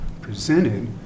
presented